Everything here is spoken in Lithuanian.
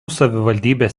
savivaldybės